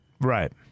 Right